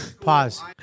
Pause